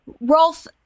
Rolf